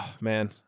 man